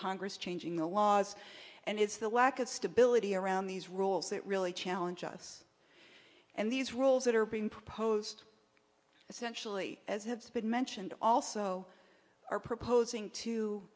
congress changing the laws and it's the lack of stability around these rules that really challenge us and these rules that are being proposed essentially as it's been mentioned also are proposing to